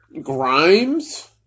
Grimes